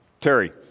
Terry